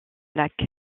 lac